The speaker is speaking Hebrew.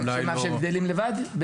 שהם גדלים לבד?